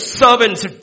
servant's